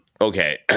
okay